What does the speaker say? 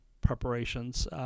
preparations